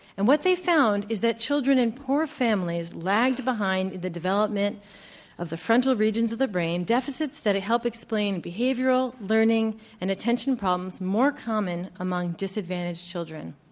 and what they found is that children in poor families lagged behind the development of the frontal regions of the brain, deficits that help explain behavioral, learning, and attention problems more common among disadvantaged children.